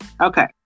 okay